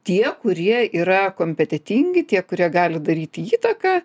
tie kurie yra kompetentingi tie kurie gali daryti įtaką